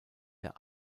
der